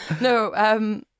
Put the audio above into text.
No